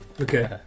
Okay